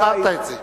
הסברת את זה.